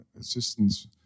assistance